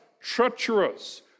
treacherous